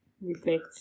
reflect